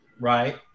right